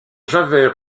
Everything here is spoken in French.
javert